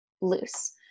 loose